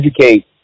educate